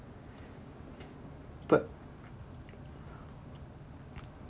but